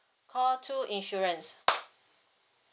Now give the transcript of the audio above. call two insurance